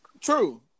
True